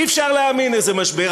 אי-אפשר להאמין איזה משבר.